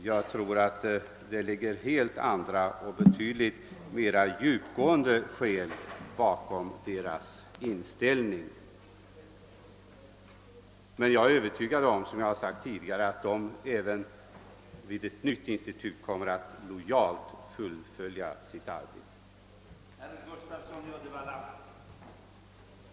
Jag tror att det ligger helt andra och betydligt mera djupgående motiv bakom deras ställningstagande. Jag är dock, såsom jag tidigare sagt, övertygad om att de även om ett nytt rationaliseringsinstitut inrättas 1ojalt kommer att fullfölja sina arbetsuppgifter.